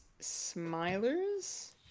Smilers